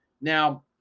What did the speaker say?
Now